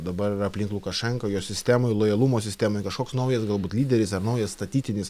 dabar yra aplink lukašenką jo sistemoj lojalumo sistemoj kažkoks naujas galbūt lyderis ar naujas statytinis